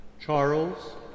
Charles